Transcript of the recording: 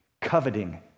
coveting